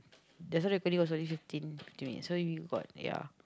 just now the recording was only fifteen fifteen minutes so you got ya